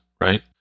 right